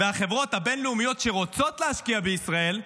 והחברות הבין-לאומיות שרוצות להשקיע בישראל,